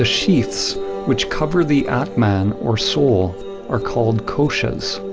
ah sheaths which cover the atman or soul are called koshas.